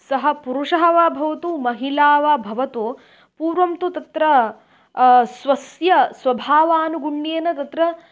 सः पुरुषः वा भवतु महिला वा भवतु पूर्वं तु तत्र स्वस्य स्वभावानुगुण्येन तत्र